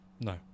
no